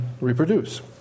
reproduce